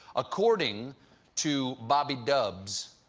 according to bobby dubs,